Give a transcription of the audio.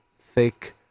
Thick